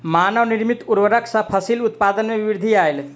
मानव निर्मित उर्वरक सॅ फसिल उत्पादन में वृद्धि आयल